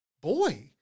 boy